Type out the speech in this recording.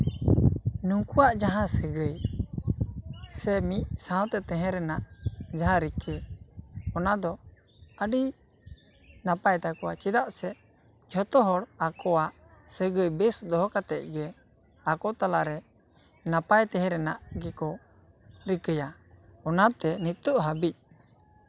ᱱᱩᱠᱩᱣᱟᱜ ᱡᱟᱦᱟᱸ ᱥᱟᱹᱜᱟᱹᱭ ᱥᱮ ᱢᱤᱫ ᱥᱟᱶᱛᱮ ᱛᱟᱦᱮᱸ ᱨᱮᱱᱟᱜ ᱡᱟᱦᱟᱸ ᱨᱤᱠᱟᱹ ᱚᱱᱟ ᱫᱚ ᱟᱹᱰᱤ ᱱᱟᱯᱟᱭ ᱛᱟᱠᱚᱣᱟ ᱪᱮᱫᱟᱜ ᱥᱮ ᱡᱷᱚᱛᱚ ᱦᱚᱲ ᱟᱠᱚᱣᱟᱜ ᱥᱟᱹᱜᱟᱹᱭ ᱵᱮᱥ ᱫᱚᱦᱚ ᱠᱟᱛᱮᱜ ᱜᱮ ᱟᱠᱚ ᱛᱟᱞᱟᱨᱮ ᱱᱟᱯᱟᱭ ᱛᱟᱦᱮᱸ ᱨᱮᱱᱟᱜ ᱜᱮᱠᱚ ᱨᱤᱠᱟᱹᱭᱟ ᱚᱱᱟᱛᱮ ᱱᱤᱛᱚᱜ ᱦᱟᱹᱵᱤᱡ